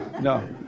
No